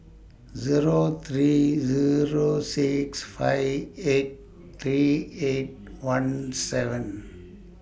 Zero three Zero six five eight three eight one seven